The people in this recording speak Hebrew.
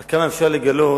עד כמה אפשר לגלות